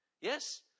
Yes